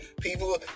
people